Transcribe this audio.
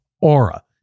Aura